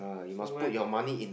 so where